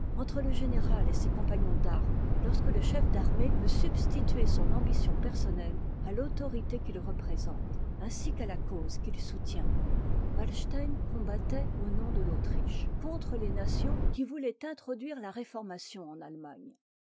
entre le général et ses compagnons d'armes lorsque le chef d'armée veut substituer son ambition personnelle à l'autorité qu'il représente ainsi qu'à la cause qu'il soutient walstein combattait au nom de l'autriche contre les nations qui voulaient introduire la réformation en allemagne